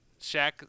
Shaq